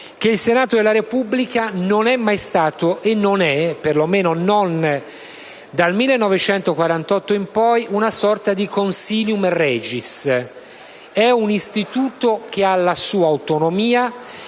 che il Senato della Repubblica non è mai stato e non è (per lo meno non dal 1948 in poi) una sorta di *consilium regis*: è un organo che ha la sua autonomia,